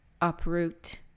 uproot